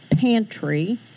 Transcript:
pantry